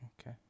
Okay